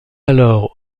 alors